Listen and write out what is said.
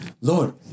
Lord